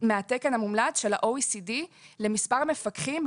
מהתקן המומלץ של ה-OECD למספר מפקחים,